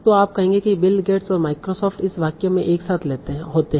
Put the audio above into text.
तो आप कहेंगे कि बिल गेट्स और माइक्रोसॉफ्ट इस वाक्य में एक साथ होते हैं